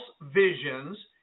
visions